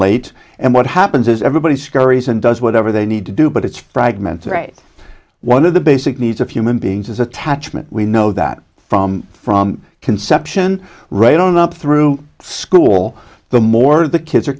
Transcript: late and what happens is everybody scurries and does whatever they need to do but it's fragments right one of the basic needs of human beings is attachment we know that from from conception right on up through school the more the kids are